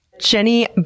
Jenny